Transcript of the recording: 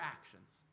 actions